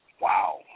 Wow